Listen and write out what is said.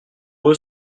eux